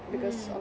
mmhmm